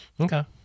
Okay